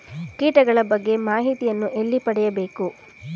ಕೀಟಗಳ ಬಗ್ಗೆ ಮಾಹಿತಿಯನ್ನು ಎಲ್ಲಿ ಪಡೆಯಬೇಕು?